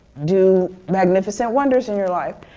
do magnificent wonders in your life.